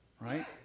right